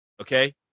Okay